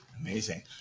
amazing